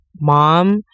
mom